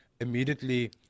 immediately